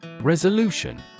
Resolution